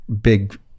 big